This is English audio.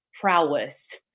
prowess